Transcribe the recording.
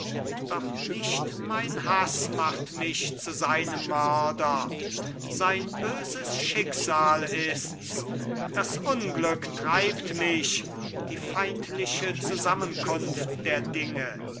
doch nicht mein haß macht mich zu seinem mörder sein böses schicksal ists das unglück treibt mich die feindliche zusammenkunft der dinge